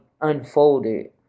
unfolded